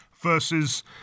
versus